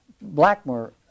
Blackmore